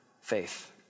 faith